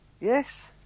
yes